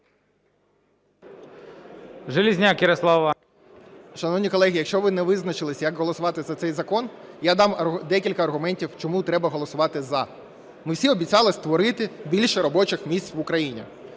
Шановні колеги, якщо ви не визначились, як голосувати за цей закон, я дам декілька аргументів, чому треба голосувати "за". Ми всі обіцяли створити більше робочих місць в Україні,